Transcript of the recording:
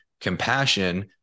compassion